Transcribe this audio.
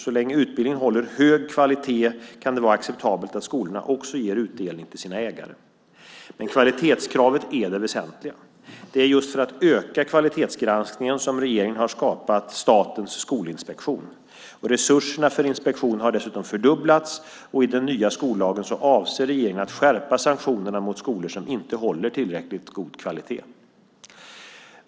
Så länge utbildningen håller hög kvalitet kan det vara acceptabelt att skolorna också ger utdelning till sina aktieägare. Men kvalitetskravet är det väsentliga. Det är just för att öka kvalitetsgranskningen som regeringen har skapat Statens skolinspektion. Resurserna för inspektionen har dessutom fördubblats, och i den nya skollagen avser regeringen att skärpa sanktionerna mot skolor som inte håller tillräckligt god kvalitet.